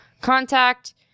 contact